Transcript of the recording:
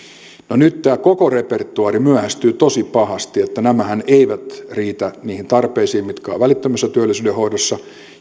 nyt tämä koko repertuaari myöhästyi tosi pahasti niin että nämähän eivät riitä niihin tarpeisiin mitkä ovat välittömässä työllisyyden hoidossa